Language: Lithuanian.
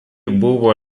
buvo